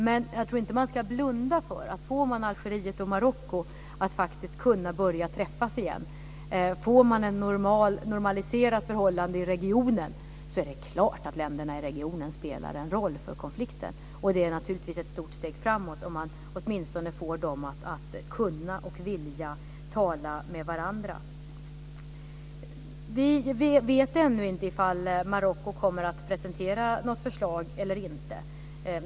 Men jag tror inte att man ska blunda för att om man får Algeriet och Marocko att faktiskt kunna börja träffas igen, om man får ett normaliserat förhållande mellan länderna i regionen, är det klart att det spelar en roll för konflikten. Det är naturligtvis ett stort steg framåt om man åtminstone får dem att kunna och vilja tala med varandra. Vi vet ännu inte om Marocko kommer att presentera något förslag eller inte.